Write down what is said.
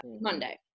Monday